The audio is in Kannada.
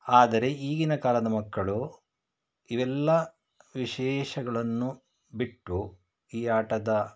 ಆದರೆ ಈಗಿನ ಕಾಲದ ಮಕ್ಕಳು ಇವೆಲ್ಲ ವಿಶೇಷಗಳನ್ನು ಬಿಟ್ಟು ಈ ಆಟದ